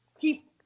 keep